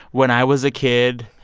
when i was a kid,